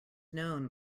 known